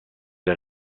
der